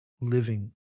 living